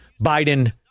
Biden